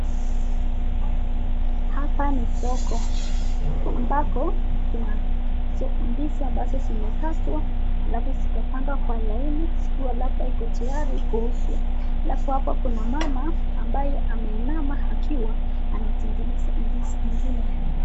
Hapa ni soko ambapo kuna ndizi ambazo zimekatwa, alafu zikapangwa kwa laini zikiwa ambapo iko tayari kuuzwa, alafu hapa kuna mama ambaye ameinama akiwa anatengeneza ndizi ingine.